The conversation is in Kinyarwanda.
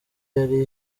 yari